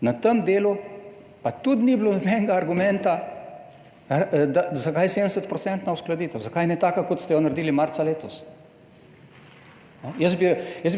Na tem delu pa tudi ni bilo nobenega argumenta, zakaj je 70-odstotna uskladitev, zakaj ne taka, kot ste jo naredili marca letos. Jaz